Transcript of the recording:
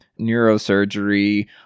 neurosurgery